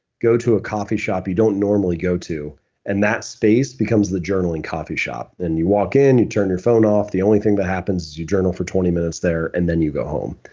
go to a coffee shop you don't normally go to and that space becomes the journaling coffee shop. and you walk in. you turn your phone off. the only thing that happens is you journal for twenty minutes there and then you go home.